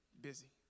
busy